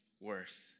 worth